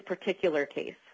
particular case